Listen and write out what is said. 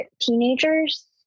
teenagers